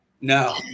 No